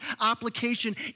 application